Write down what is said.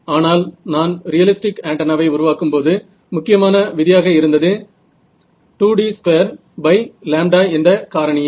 ஆனால் நான் ரியலிஸ்டிக் ஆன்டென்னாவை உருவாக்கும்போது முக்கியமான விதியாக இருந்தது 2D2 λ என்ற காரணியே